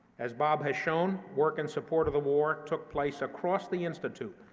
as bob has shown, work in support of the war took place across the institute,